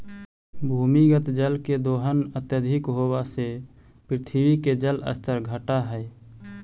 भूमिगत जल के दोहन अत्यधिक होवऽ से पृथ्वी के जल स्तर घटऽ हई